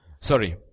Sorry